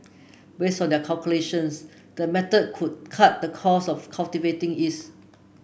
based on their calculations the method could cut the cost of cultivating yeast